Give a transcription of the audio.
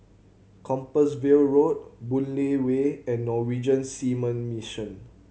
Compassvale Road Boon Lay Way and Norwegian Seamen Mission